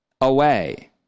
away